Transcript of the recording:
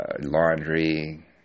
laundry